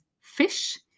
fish